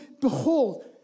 behold